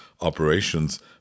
operations